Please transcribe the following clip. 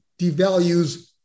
devalues